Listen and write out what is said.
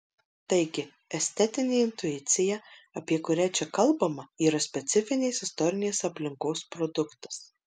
taigi estetinė intuicija apie kurią čia kalbama yra specifinės istorinės aplinkos produktas